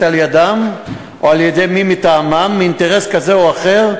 על-ידם או על-ידי מי מטעמם מאינטרס כזה או אחר,